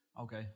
Okay